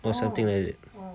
or something like that